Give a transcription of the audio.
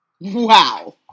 wow